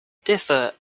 differ